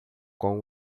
com